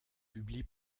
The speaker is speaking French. publie